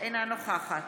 אינה נוכחת